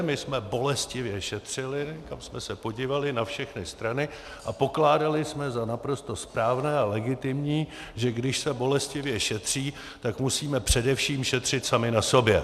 My jsme bolestivě šetřili, kam jsme se podívali, na všechny strany, a pokládali jsme za naprosto správné a legitimní, že když se bolestivě šetří, tak musíme především šetřit sami na sobě.